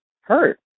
hurt